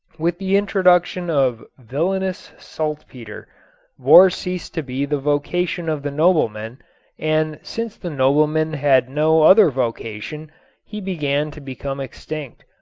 with the introduction of villainous saltpeter war ceased to be the vocation of the nobleman and since the nobleman had no other vocation he began to become extinct.